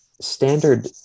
standard